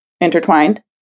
intertwined